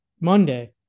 Monday